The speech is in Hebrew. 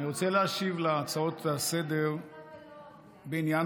אני רוצה להשיב להצעות לסדר-היום בעניין